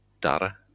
data